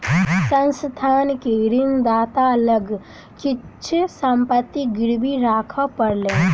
संस्थान के ऋणदाता लग किछ संपत्ति गिरवी राखअ पड़लैन